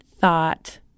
thought